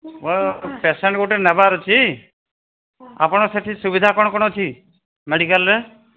ମୋର ପେସେଣ୍ଟ ଗୋଟେ ନେବାର ଅଛି ଆପଣ ସେଠି ସୁବିଧା କ'ଣ କ'ଣ ଅଛି ମେଡିକାଲ୍ରେ